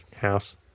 house